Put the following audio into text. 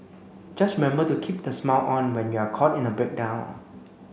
just remember to keep the smile on when you're caught in a breakdown